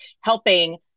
helping